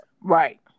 Right